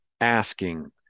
asking